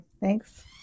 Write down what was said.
Thanks